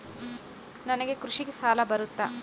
ನನಗೆ ಕೃಷಿ ಸಾಲ ಬರುತ್ತಾ?